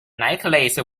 necklace